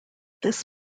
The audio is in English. this